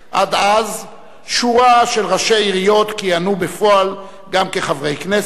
עד אז שורה של ראשי עיריות כיהנו בפועל גם כחברי הכנסת,